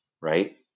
right